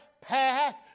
path